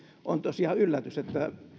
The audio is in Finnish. on tosiaan yllätys